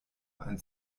ein